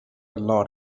lot